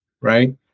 right